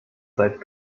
seit